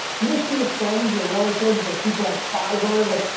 you don't see your friends or relatives or people on fiverr, like,